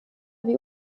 wie